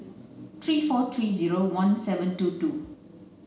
three four three zero one seven two two